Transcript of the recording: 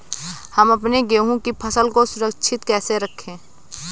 हम अपने गेहूँ की फसल को सुरक्षित कैसे रखें?